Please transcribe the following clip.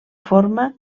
forma